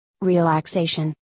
relaxation